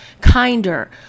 kinder